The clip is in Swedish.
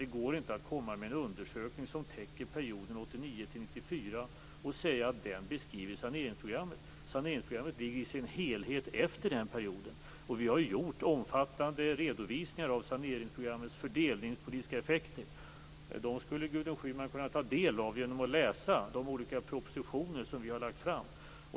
Det går inte att använda sig av en undersökning som täcker perioden 1989 till 1994 och säga att den beskriver saneringsprogrammet. Saneringsprogrammet ligger i sin helhet efter den perioden. Vi har gjort omfattande redovisningar av saneringsprogrammets fördelningspolitiska effekter. De skulle Gudrun Schyman kunna ta del av genom att läsa de olika propositioner som vi har lagt fram.